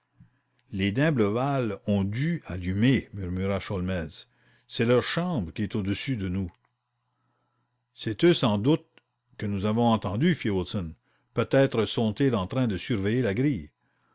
les d'imblevalle ont dû allumer murmura sholmès c'est leur chambre qui est au-dessus de nous c'est eux sans doute que nous avons entendus fit wilson peut-être sont-ils en train de surveiller la grille